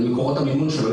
על מקורות המימון שלו.